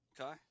Okay